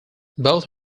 both